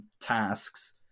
tasks